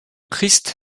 christ